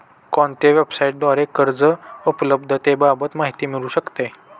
कोणत्या वेबसाईटद्वारे कर्ज उपलब्धतेबाबत माहिती मिळू शकते?